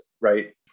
right